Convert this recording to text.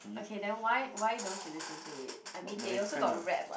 okay then why why don't you listen to it I mean they also got rap [what]